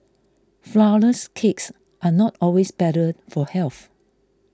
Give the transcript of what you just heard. Flourless Cakes are not always better for health